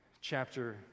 chapter